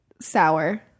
sour